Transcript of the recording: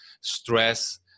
stress